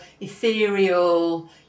ethereal